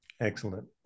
excellent